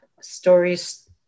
stories